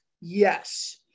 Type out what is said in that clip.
Yes